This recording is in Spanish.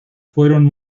fueron